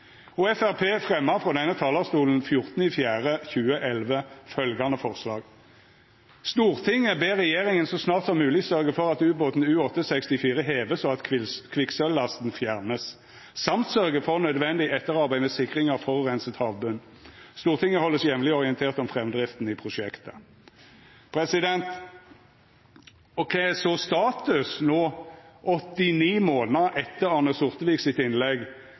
mulig.» Framstegspartiet fremja frå denne talarstolen 14. april 2011 følgjande forslag: «Stortinget ber regjeringen så snart som mulig sørge for at ubåten U-864 heves og kvikksølvlasten fjernes, samt sørge for nødvendig etterarbeid med sikring av forurenset havbunn. Stortinget holdes jevnlig orientert om fremdriften av prosjektet.» Kva er så status no 89 månader etter Arne Sortevik sitt innlegg